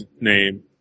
name